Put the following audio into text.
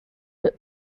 but